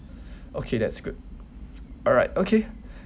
okay that's good alright okay